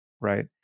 right